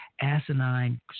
asinine